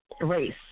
race